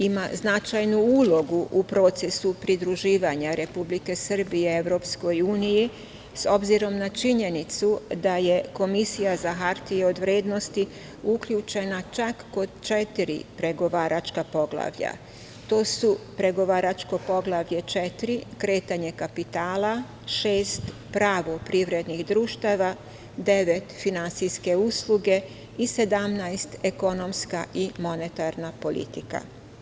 Ima značajnu ulogu u procesu pridruživanja Republike Srbije Evropskoj uniji, s obzirom na činjenicu da je Komisija za hartije od vrednosti uključena čak kod četiri pregovaračka poglavlja, to su Pregovaračko poglavlje 4 – kretanje kapitala, 6 – pravo privrednih društava, 9 – finansijske usluge i 17 – ekonomska i monetarna politika.